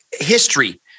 history